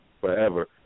forever